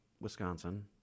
Wisconsin